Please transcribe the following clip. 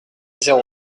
zéro